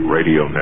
Radio